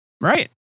Right